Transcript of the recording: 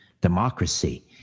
democracy